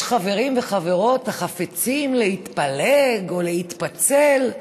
חברים וחברות החפצים להתפלג או להתפצל.